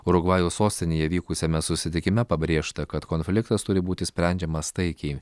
urugvajaus sostinėje vykusiame susitikime pabrėžta kad konfliktas turi būti sprendžiamas taikiai